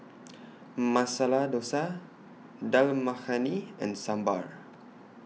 Masala Dosa Dal Makhani and Sambar